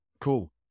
Cool